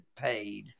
paid